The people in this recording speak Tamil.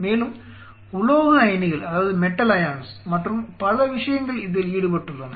மேலும் உலோக அயனிகள் மற்றும் பல விஷயங்கள் இதில் ஈடுபட்டுள்ளன